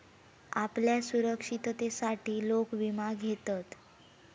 आपल्या सुरक्षिततेसाठी लोक विमा घेतत